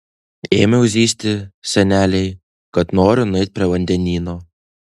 ėmiau zyzti senelei kad noriu nueiti prie vandenyno